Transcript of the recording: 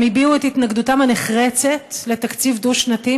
הם הביעו את התנגדותם הנחרצת לתקציב דו-שנתי,